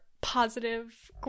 positive